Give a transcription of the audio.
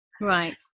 Right